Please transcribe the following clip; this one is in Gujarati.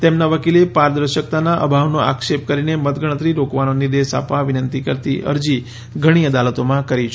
તેમનાં વકીલે પારદર્શકતાનાં અભાવનો આક્ષેપ કરીને મતગણતરી રોકવાનો નિર્દેશ આપવા વિનંતી કરતી અરજી ઘણી અદાલતોમાં કરી છે